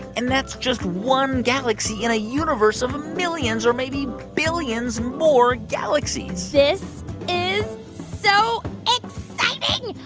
and that's just one galaxy in a universe of millions or maybe billions more galaxies this is so exciting.